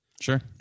Sure